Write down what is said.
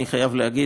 אני חייב להגיד,